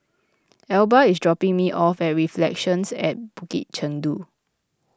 Elba is dropping me off very Relections at Bukit Chandu